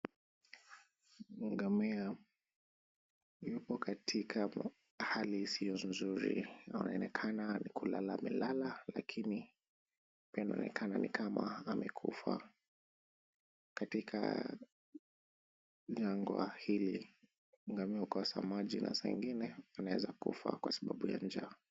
Ngamia, yupo katika hali isiyo nzuri anaonekana ni kulala amelala lakini yanaonekana ni kama amekufa. Katika jangwa hili ngamia hukosa maji na saa ingine anaweza kufa kwa sababu ya njaa.